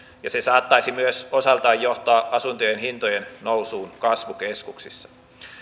ja se saattaisi myös osaltaan johtaa asuntojen hintojen nousuun kasvukeskuksissa